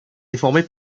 déformé